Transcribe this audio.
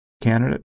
candidate